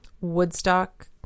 Woodstock